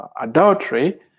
adultery